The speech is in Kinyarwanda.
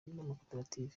b’amakoperative